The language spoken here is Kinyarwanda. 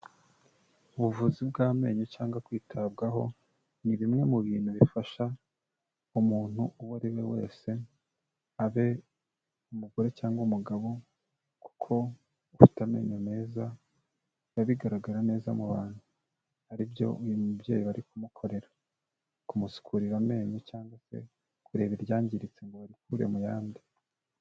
Ubuvuzi bw'amenyo cyangwa kwitabwaho, ni bimwe mu bintu bifasha umuntu uwo ari we wese, abe umugore cyangwa umugabo, kuko ufite amenyo meza biba bigaragara neza mu bantu, ari byo uyu mubyeyi bari kumukorera, kumusukurira amenyo cyangwa se kureba iryangiritse ngo barikure mu yandi.